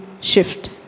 shift